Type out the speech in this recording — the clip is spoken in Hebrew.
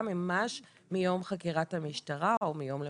ממש מיום חקירת המשטרה או מיום למוחרת.